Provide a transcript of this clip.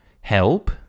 Help